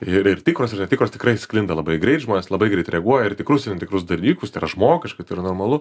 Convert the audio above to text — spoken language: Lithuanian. ir tikros ir netikros tikrai sklinda labai greit žmonės labai greit reaguoja į tikrus ir į netikrus dalykus tai yra žmogiška tai yra normalu